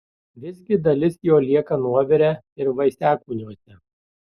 visgi dalis jo lieka nuovire ir vaisiakūniuose